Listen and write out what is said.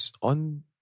on